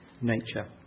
nature